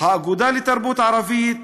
האגודה לתרבות ערבית,